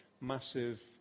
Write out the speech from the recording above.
massive